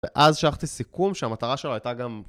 ואז שלחתי סיכום שהמטרה שלו הייתה גם...